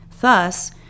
Thus